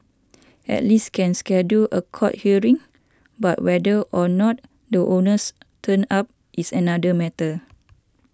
at least can schedule a court hearing but whether or not the owners turn up is another matter